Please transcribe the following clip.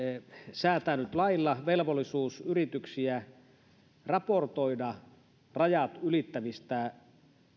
säätää nyt lailla velvollisuus yrityksille raportoida rajat ylittävistä